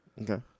Okay